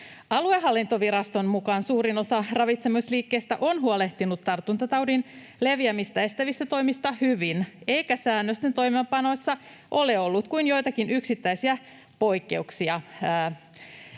Aluehallintoviraston mukaan suurin osa ravitsemisliikkeistä on huolehtinut tartuntataudin leviämistä estävistä toimista hyvin eikä säännösten toimeenpanoissa ole ollut kuin joitakin yksittäisiä poikkeuksia.